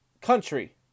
country